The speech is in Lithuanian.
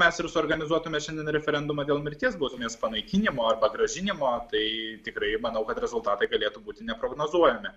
mes ir suorganizuotume šiandien referendumą dėl mirties bausmės panaikinimo arba grąžinimo tai tikrai manau kad rezultatai galėtų būti neprognozuojami